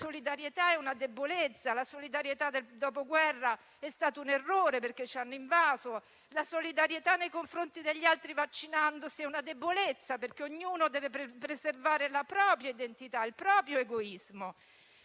solidarietà è una debolezza; la solidarietà del dopoguerra è stata un errore, perché ci hanno invaso; la solidarietà nei confronti degli altri, da praticare vaccinandosi, è una debolezza, perché ognuno deve preservare la propria identità, il proprio egoismo.